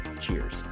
Cheers